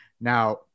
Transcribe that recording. Now